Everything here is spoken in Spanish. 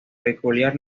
peculiar